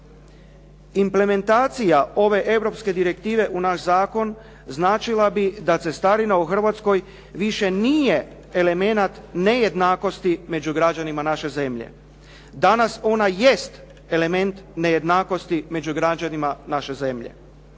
Implementacija ove europske direktive u naš zakon značila bi da cestarina u Hrvatskoj više nije elemenat nejednakosti među građanima naše zemlje. Danas ona jest element nejednakosti među građanima naše zemlje